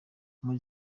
muri